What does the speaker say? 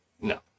No